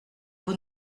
vous